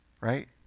right